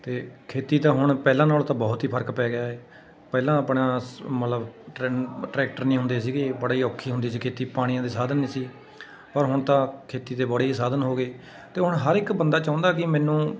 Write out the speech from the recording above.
ਅਤੇ ਖੇਤੀ ਤਾਂ ਹੁਣ ਪਹਿਲਾਂ ਨਾਲੋਂ ਤਾਂ ਬਹੁਤ ਹੀ ਫ਼ਰਕ ਪੈ ਗਿਆ ਪਹਿਲਾਂ ਆਪਣਾ ਮਤਲਬ ਟਰੈ ਟਰੈਕਟਰ ਨਹੀਂ ਹੁੰਦੇ ਸੀਗੇ ਬੜੇ ਔਖੀ ਹੁੰਦੀ ਸੀ ਖੇਤੀ ਪਾਣੀਆਂ ਦੇ ਸਾਧਨ ਨਹੀਂ ਸੀ ਪਰ ਹੁਣ ਤਾਂ ਖੇਤੀ ਤੇ ਬੜੇ ਹੀ ਸਾਧਨ ਹੋ ਗਏ ਅਤੇ ਹੁਣ ਹਰ ਇੱਕ ਬੰਦਾ ਚਾਹੁੰਦਾ ਕਿ ਮੈਨੂੰ